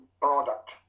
product